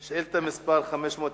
שאילתא מס' 520,